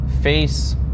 face